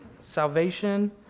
Salvation